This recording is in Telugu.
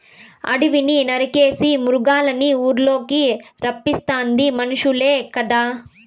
అడివిని నరికేసి మృగాల్నిఊర్లకి రప్పిస్తాది మనుసులే కదా